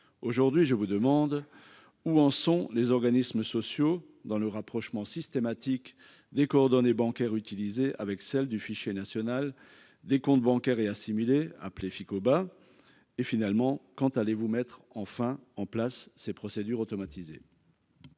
Aujourd'hui je vous demande où en sont les organismes sociaux dans le rapprochement systématique des coordonnées bancaires utilisés avec celles du Fichier national des comptes bancaires et assimilés appelé Ficoba. Et finalement quand allez-vous mettre enfin en place ces procédures automatisées.